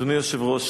אדוני היושב-ראש,